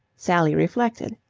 sally reflected.